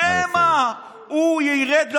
שמא הוא ירד לכביש.